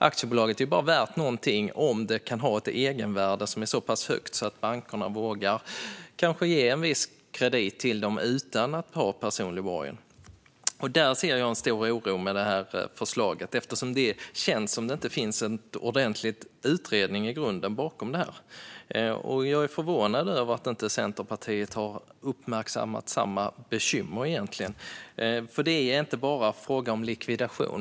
Aktiebolaget är bara värt någonting om det har ett egenvärde som är så pass högt att bankerna vågar ge en viss kredit utan krav på personlig borgen. Där ser jag en stor oro med detta förslag, eftersom det känns som att det inte finns en ordentlig utredning i grunden. Jag är förvånad över att Centerpartiet inte har uppmärksammat samma bekymmer. Det är ju inte bara fråga om likvidation.